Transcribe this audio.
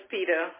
Peter